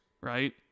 right